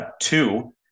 two